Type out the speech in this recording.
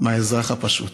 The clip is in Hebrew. מהאזרח הפשוט,